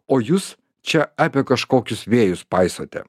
o jūs čia apie kažkokius vėjus paisote